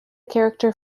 character